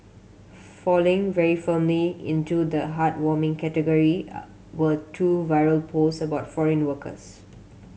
falling very firmly into the heartwarming category are were two viral post about foreign workers